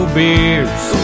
beers